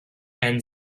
and